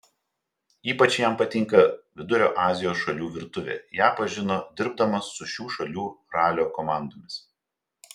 ypač jam patinka vidurio azijos šalių virtuvė ją pažino dirbdamas su šių šalių ralio komandomis